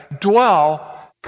Dwell